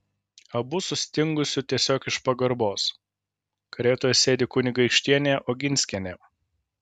abu sustingusiu tiesiog iš pagarbos karietoje sėdi kunigaikštienė oginskienė